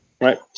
Right